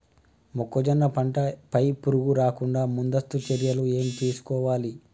మొక్కజొన్న పంట పై పురుగు రాకుండా ముందస్తు చర్యలు ఏం తీసుకోవాలి?